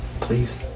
please